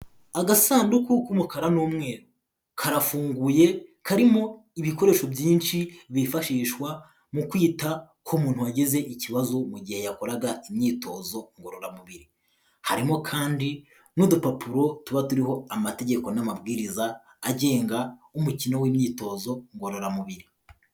Agasanduku k'umukara n'umweru, karafunguye karimo ibikoresho byinshi byifashishwa mu kwita ku muntu wagize ikibazo mu gihe yakoraga imyitozo ngororamubiri, harimo kandi n'udupapuro tuba turiho amategeko n'amabwiriza agenga umukino w'imyitozo ngororamubiri.